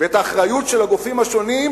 ואת האחריות של הגופים השונים,